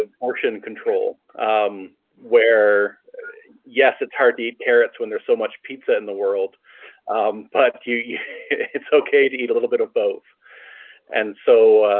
and portion control where yes it's hard to eat carrots when there's so much pizza in the world but it's okay to eat a little bit of both and so